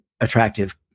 attractive